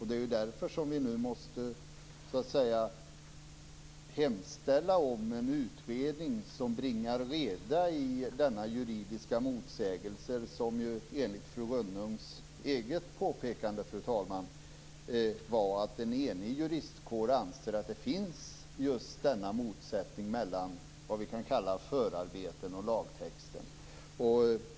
Det är ju därför som vi nu så att säga måste hemställa om en utredning som bringar reda i denna juridiska motsägelse som enligt fru Rönnungs eget påpekande, fru talman, var att en enig juristkår anser att just denna motsättning finns mellan vad vi kan kalla förarbeten och lagtexten.